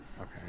Okay